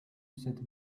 sit